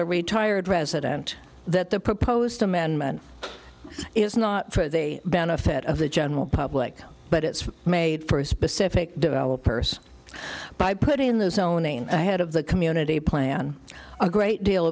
a retired resident that the proposed amendment is not for the benefit of the general public but it's made for a specific developers by putting the zoning ahead of the community plan a great deal